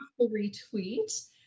retweet